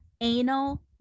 anal